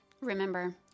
remember